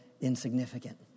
insignificant